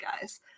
guys